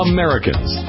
Americans